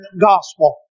gospel